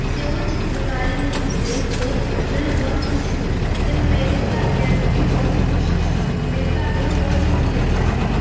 ਅਤੇ ਉਹ ਚਿੱਤਰਕਾਰੀ ਨੂੰ ਦੇਖ ਕੇ ਮੈਨੂੰ ਬਹੁਤ ਖੁਸ਼ ਹੋਈ ਅਤੇ ਮੇਰੇ ਘਰਦਿਆਂ ਨੂੰ ਵੀ ਬਹੁਤ ਖੁਸ਼ ਮੇਰੇ ਘਰਦਿਆਂ ਨੂੰ ਵੀ ਬਹੁਤ ਚੰਗੀ ਲੱਗੀ ਸੀ